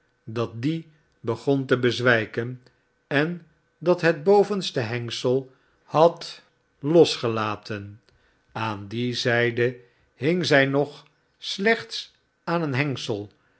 dat die begon te bezwijken en dat het bovenste hengsel had losgelaten aan die zijde hing zij nog slechts aan een hengsel